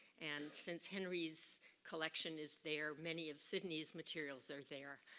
and since henry's collection is there, many of sidney's materials are there.